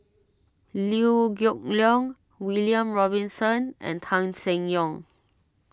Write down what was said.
Liew Geok Leong William Robinson and Tan Seng Yong